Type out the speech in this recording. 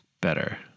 better